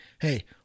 hey